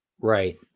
right